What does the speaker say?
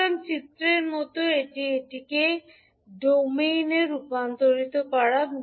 সুতরাং চিত্রের মত এটি এটিকে ডোমেইনে রূপান্তর করা হবে